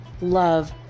love